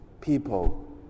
people